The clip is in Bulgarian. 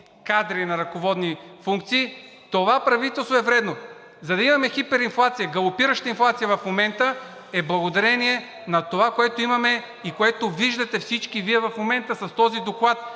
кадри на ръководни функции, това правителство е вредно. За да имаме хиперинфлация, галопираща инфлация в момента, е благодарение на това, което имаме и което виждате всички Вие в момента с този доклад.